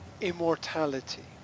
immortality